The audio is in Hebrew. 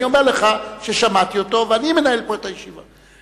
אני אומר לך ששמעתי אותו, ואני מנהל פה את הישיבה.